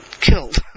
killed